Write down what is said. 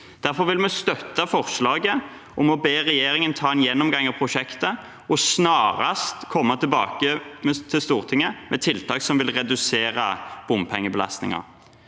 Derfor vil vi støtte forslaget om å be regjeringen ta en gjennomgang av prosjektet og snarest komme tilbake til Stortinget med tiltak som vil redusere bompengebelastningen.